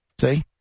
See